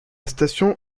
station